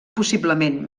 possiblement